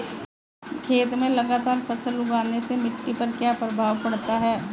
खेत में लगातार फसल उगाने से मिट्टी पर क्या प्रभाव पड़ता है?